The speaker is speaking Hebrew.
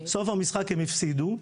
בסוף המשחק הם הפסידו,